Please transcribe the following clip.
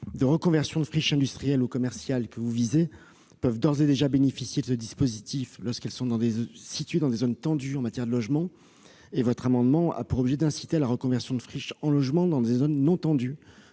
de reconversion de friches industrielles ou commerciales que vous visez, monsieur le sénateur, peuvent d'ores et déjà bénéficier de ce dispositif lorsqu'elles sont situées dans des zones tendues en matière de logement. Votre amendement a pour objet d'inciter à la reconversion de friches en logements dans des zones non tendues,